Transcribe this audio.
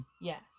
Yes